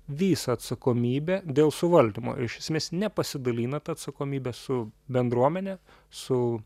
visą atsakomybę dėl suvaldymo ir iš esmės nepasidalina ta atsakomybe su bendruomene su